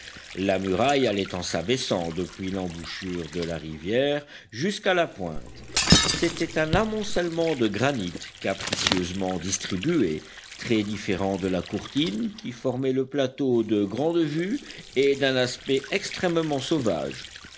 la muraille allait en s'abaissant depuis l'embouchure de la rivière jusqu'à la pointe c'était un amoncellement de granits capricieusement distribués très différents de la courtine qui formaient le plateau de grande vue et d'un aspect extrêmement sauvage